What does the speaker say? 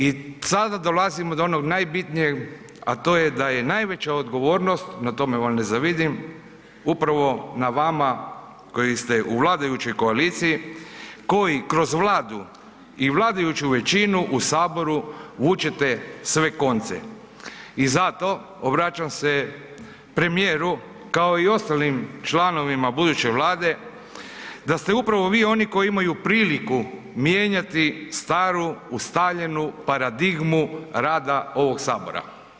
I sada dolazimo do onog najbitnijeg a to je da je najveća odgovornost, na tome vam ne zavidim, upravo na vama koji ste u vladajućoj koaliciji koji kroz Vladu i vladajuću većinu u Saboru, vučete sve konce i zato obraćam se premijeru kao i ostalim članovima buduće Vlade, da ste upravo vi oni koji imaju priliku mijenjati staru, ustaljenu paradigmu rada ovog Sabora.